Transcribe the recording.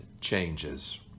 changes